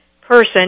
person